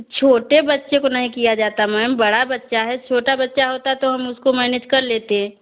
छोटे बच्चे को नहीं किया जाता मैम बड़ा बच्चा है छोटा बच्चा होता तो हम उसको मैनेज कर लेते